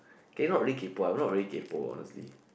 K not really kaypo I'm not really kaypo honestly